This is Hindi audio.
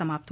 समाप्त